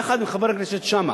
יחד עם חבר הכנסת שאמה,